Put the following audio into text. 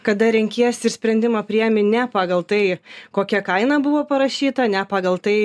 kada renkiesi ir sprendimą priimi ne pagal tai kokia kaina buvo parašyta ne pagal tai